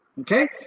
Okay